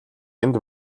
энд